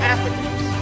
Africans